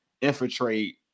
infiltrate